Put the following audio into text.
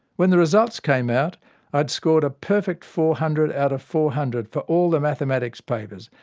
when the results came out, i had scored a perfect four hundred out of four hundred for all the mathematics papers.